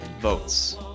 votes